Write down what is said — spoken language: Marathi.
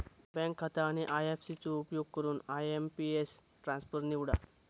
बँक खाता आणि आय.एफ.सी चो उपयोग करून आय.एम.पी.एस ट्रान्सफर निवडा